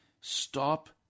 Stop